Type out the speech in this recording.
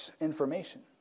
information